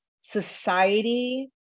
society